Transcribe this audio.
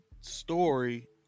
story